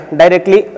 directly